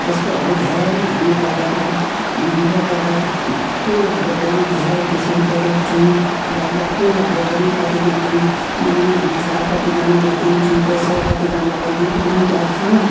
यस्तोहरू धेरै नै हामी गरेर रोपेर फुलहरू पनि धेरै किसिमको रोप्छौँ र यो फुलहरू पनि कतिजना माग्न आउँछ कतिजनालाई दिन्छौँ त्यसै कतिजनालाई बिक्री पनि गर्छौँ